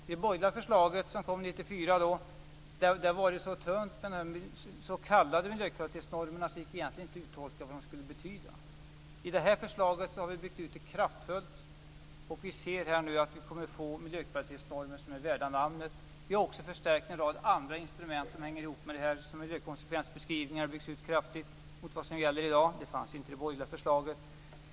I det borgerliga förslaget från 1994 var det så tunt med s.k. miljökvalitetsnormer att det egentligen inte gick att uttolka vad de skulle betyda. I det här förslaget har vi byggt ut detta kraftfullt, och vi kan se att vi kommer att få miljökvalitetsnormer som är värda namnet. Vi har också förstärkt en rad andra instrument som hänger ihop med detta. Miljökonsekvensbeskrivningarna har byggts ut kraftigt mot vad som gäller i dag. Detta fanns inte i det borgerliga förslaget.